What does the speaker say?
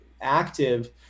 active